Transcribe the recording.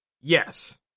Yes